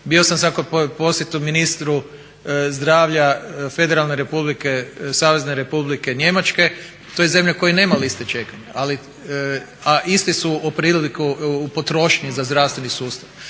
Bio sam u posjetu ministru zdravlja Savezne Republike Njemačke, to je zemlja koja nema liste čekanja, a isto su … u potrošnji za zdravstveni sustav.